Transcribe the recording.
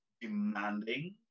demanding